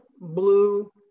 blue